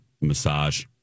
massage